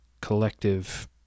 collective